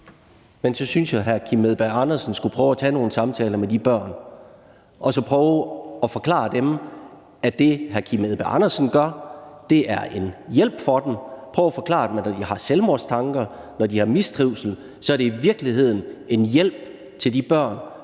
Så synes jeg, at hr. Kim Edberg Andersen skulle prøve at tage nogle samtaler med de børn og så prøve at forklare dem, at det, hr. Kim Edberg Andersen gør, er en hjælp for dem. Prøv at forklare dem, når de har selvmordstanker, når de har mistrivsel, at det i virkeligheden er en hjælp til de børn,